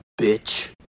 bitch